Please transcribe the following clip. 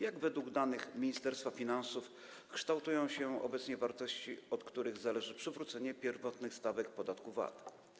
Jak według danych Ministerstwa Finansów kształtują się obecnie wartości, od których zależy przywrócenie pierwotnych stawek podatku VAT?